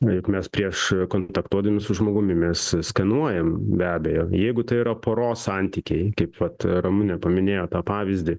juk mes prieš kontaktuodami su žmogumi mes skenuojam be abejo jeigu tai yra poros santykiai kaip vat ramunė paminėjo tą pavyzdį